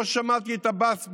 לא שמעתי את עבאס,